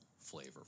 flavor